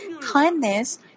kindness